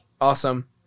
Awesome